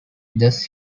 thus